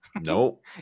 Nope